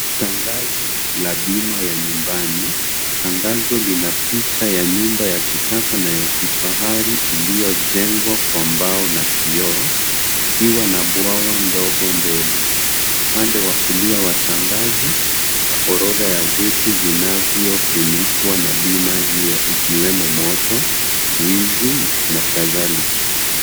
Tangazo la bima ya nyumbani. Tangazo lina picha ya nyumba ya kisasa na ya kifahari iliyojengwa kwa mbao na kioo ikiwa na bwawa ndogo mbele. Upande wa kulia wa tangazo kuna orodha ya vitu vinavyofunikwa na bima hiyo ikiwemo moto, wizi na kadhalika.